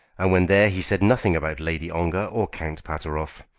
and when there he said nothing about lady ongar or count pateroff.